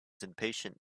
impatient